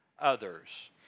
others